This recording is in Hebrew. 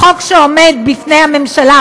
החוק שעומד בפני הממשלה,